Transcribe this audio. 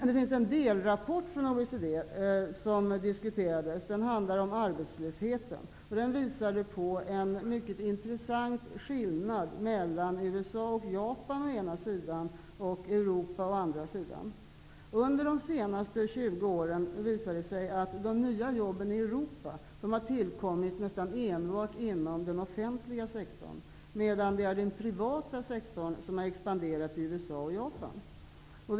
Det finns en delrapport från OECD, som diskuterades vid mötet. Rapporten handlar om arbetslösheten, och den visar på en mycket intressant skillnad USA och Japan å ena sidan och Europa å den andra. Under de senaste 20 åren har de nya jobben i Europa tillkommit nästan enbart inom den offentliga sektorn, medan det är den privata sektorn som har expanderat i USA och Japan.